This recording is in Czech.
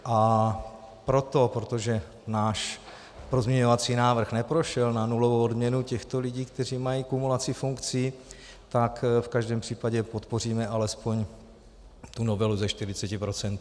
A proto, protože náš pozměňovací návrh neprošel na nulovou odměnu těchto lidí, kteří mají kumulaci funkcí, tak v každém případě podpoříme alespoň tu novelu ze 40 %.